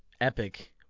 epic